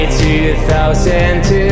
2002